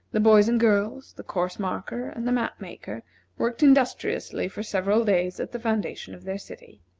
the boys and girls, the course-marker, and the map-maker worked industriously for several days at the foundation of their city.